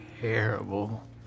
Terrible